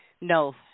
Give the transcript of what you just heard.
No